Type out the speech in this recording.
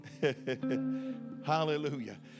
hallelujah